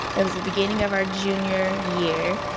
it was the beginning of our junior year.